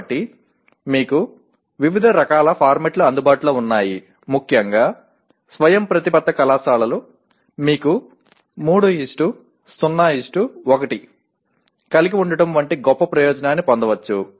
కాబట్టి మీకు వివిధ రకాల ఫార్మాట్లు అందుబాటులో ఉన్నాయి ముఖ్యంగా స్వయంప్రతిపత్త కళాశాలలు మీకు 301 కలిగివుండటం వంటి గొప్ప ప్రయోజనాన్ని పొందవచ్చు